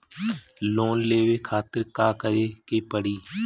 Loan लेवे खातिर का करे के पड़ी?